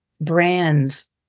brands